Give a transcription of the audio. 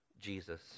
Jesus